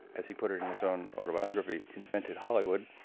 as he put it in his own autobiography, invented hollywood.